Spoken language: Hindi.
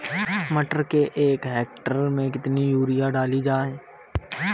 मटर के एक हेक्टेयर में कितनी यूरिया डाली जाए?